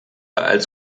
als